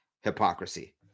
hypocrisy